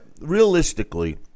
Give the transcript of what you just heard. realistically—